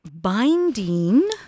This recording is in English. binding